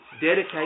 Dedicate